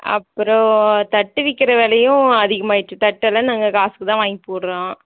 அப்புறம் தட்டு விக்கிற விலையும் அதிகமாயிருச்சு தட்டு எல்லாம் நாங்கள் காசுக்கு தான் வாங்கி போட்றோம்